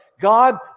God